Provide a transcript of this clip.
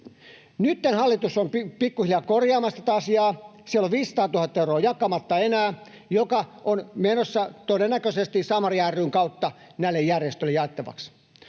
Nyt hallitus on pikkuhiljaa korjaamassa tätä asiaa. Siellä on jakamatta enää 500 000 euroa, joka on menossa todennäköisesti Samaria ry:n kautta näille järjestöille jaettavaksi.